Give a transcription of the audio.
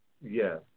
Yes